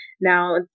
now